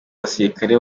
abasirikare